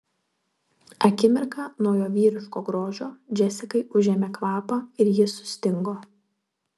akimirką nuo jo vyriško grožio džesikai užėmė kvapą ir ji sustingo